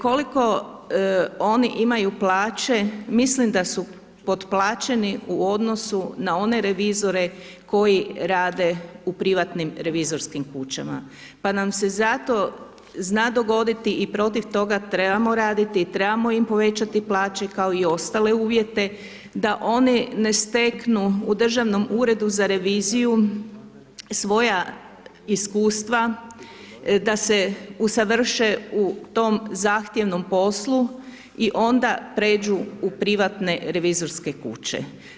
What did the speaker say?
Koliko oni imaju plaće, mislim da su potplaćeni u odnosu na one revizore koji rade u privatnim revizorskim kućama pa nam se zato zna dogoditi i protiv toga trebamo raditi i trebamo im povećati plaće kao i ostale uvjete da oni ne steklu u Državnom uredu za reviziju svoja iskustva da se usavrše u tom zahtjevnom poslu i onda pređu u privatne revizorske kuće.